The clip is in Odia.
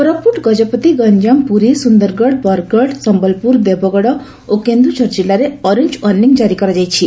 କୋରାପୁଟ ଗଜପତି ଗଞାମ ପୁରୀ ସୁନ୍ଦରଗଡ଼ ବରଗଡ଼ ସମ୍ମଲପୁର ଦେବଗଡ଼ ଓ କେନ୍ଦୁଝର ଜିଲ୍ଲାରେ ଅରେଞ ୱାର୍ଷିଂ ଜାରି କରାଯାଇଛି